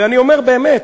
ואני אומר באמת,